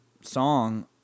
song